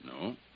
No